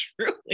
truly